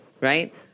right